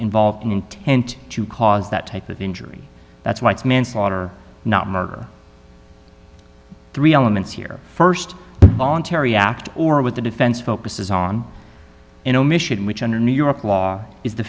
involve an intent to cause that type of injury that's why it's manslaughter not murder three elements here st voluntary act or with the defense focuses on an omission which under new york law is the